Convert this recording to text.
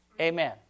amen